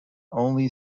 only